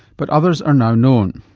but others are now known.